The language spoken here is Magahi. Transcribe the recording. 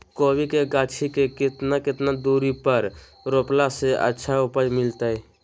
कोबी के गाछी के कितना कितना दूरी पर रोपला से अच्छा उपज मिलतैय?